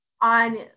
on